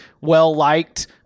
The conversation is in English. well-liked